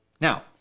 Now